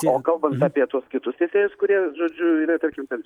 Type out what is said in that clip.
o kalbant apie tuos kitus teisėjus kurie žodžiu yra ir tokių ten